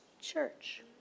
church